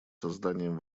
созданием